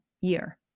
year